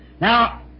Now